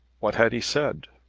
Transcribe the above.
what had he said?